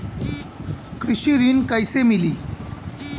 कृषि ऋण कैसे मिली?